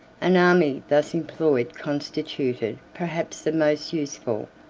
an army thus employed constituted perhaps the most useful,